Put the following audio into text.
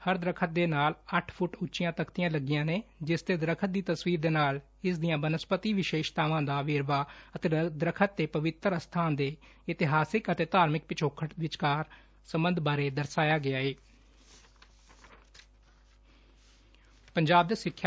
ਹਰ ਦਰੱਖਤ ਦੇ ਨਾਲ ਅੱਠ ਫੁੱਟ ਉੱਚੀਆਂ ਤਖ਼ਤੀਆਂ ਲੱਗੀਆਂ ਨੇ ਜਿਸ ਤੇ ਦਰੱਖਤ ਦੀ ਤਸਵੀਰ ਨਾਲ ਹੀ ਇਸ ਦੀਆ ਬਨਸਪਤੀ ਵਿਸ਼ੇਸ਼ਤਾਵਾ ਦਾ ਵੇਰਵਾ ਅਤੇ ਦਰੱਖਤ ਅਤੇ ਪਵਿੱਤਰ ਅਸਬਾਨ ਦੇ ਇਤਿਹਾਸਕ ਅਤੇ ਧਾਰਮਿਕ ਪਿਛੋਕੜ ਵਿਚਕਾਰ ਸਬੰਧ ਬਾਰੇ ਦਰਸਾਇਆ ਗਿਐ